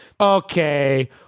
Okay